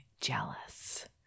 jealous